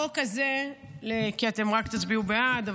כי אתם רק תצביעו בעד,